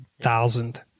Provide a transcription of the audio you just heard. Thousand